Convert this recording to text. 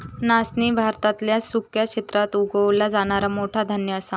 नाचणी भारतातल्या सुक्या क्षेत्रात उगवला जाणारा मोठा धान्य असा